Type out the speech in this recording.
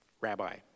rabbi